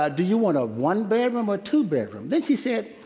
ah do you want a one-bedroom or two-bedroom? then she said,